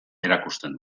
erakusten